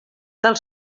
del